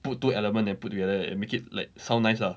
put two element and put together and make it like sound nice lah